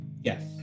Yes